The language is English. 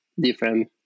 different